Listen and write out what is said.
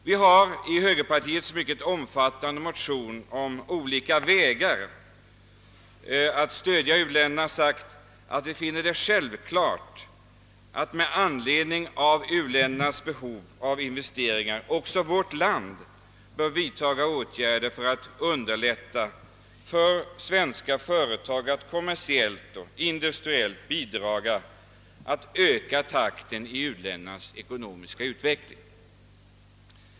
Vi har i högerpartiets mycket omfattande motion om olika vägar att stödja u-länderna sagt, att vi finner det självklart att med anledning av u-ländernas behov av investeringar också vårt land bör vidta åtgärder för att underlätta för svenska företag att kommersiellt och industriellt bidraga till att öka takten i u-ländernas ekonomiska utveckling.